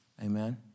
Amen